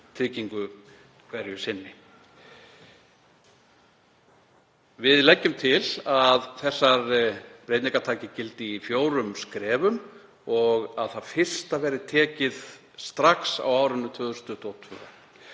Við leggjum til að þessar breytingar taki gildi í fjórum skrefum og það fyrsta verði stigið strax á árinu 2022.